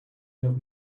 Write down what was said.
have